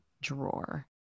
drawer